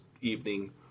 evening